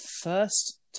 first